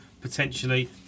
potentially